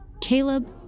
Caleb